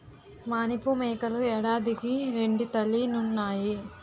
మానిపు మేకలు ఏడాదికి రెండీతలీనుతాయి